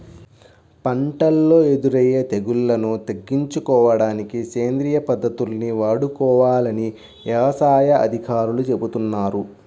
పంటల్లో ఎదురయ్యే తెగుల్లను తగ్గించుకోడానికి సేంద్రియ పద్దతుల్ని వాడుకోవాలని యవసాయ అధికారులు చెబుతున్నారు